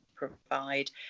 provide